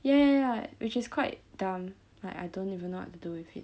ya ya ya which is quite dumb like I don't even know what to do with it